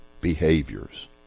behaviors